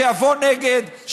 שיבוא נגד,